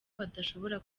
badashobora